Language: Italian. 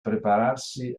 prepararsi